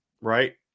right